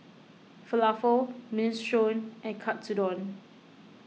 Falafel Minestrone and Katsudon